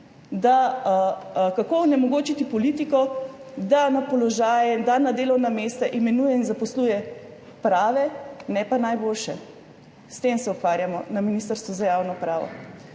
kako onemogočiti politiko, da na položaje in da na delovna mesta imenuje in zaposluje prave, ne pa najboljše. S tem se ukvarjamo na Ministrstvu za javno upravo.